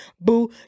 boo